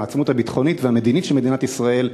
העצמאות הביטחונית והמדינית של מדינת ישראל,